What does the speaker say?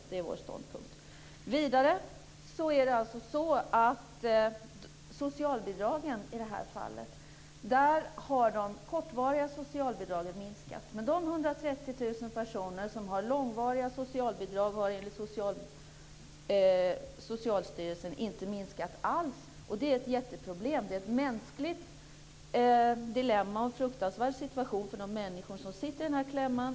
För det andra har de kortvariga socialbidragen minskat, men de långvariga socialbidragen, som gäller 130 000 personer, har enligt Socialstyrelsen inte minskat alls. Det är ett jätteproblem. Det är ett mänskligt dilemma, och det är en fruktansvärd situation för de människor som sitter i denna klämma.